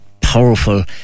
powerful